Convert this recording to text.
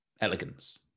elegance